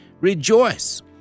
rejoice